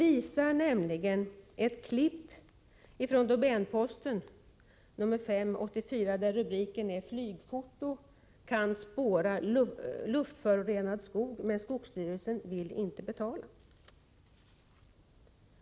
I ett klipp från Domänposten nr 4 för i år återfinns rubriken ”Flygfoto kan spåra luftförorenad skog men skogsstyrelsen vill inte betala”.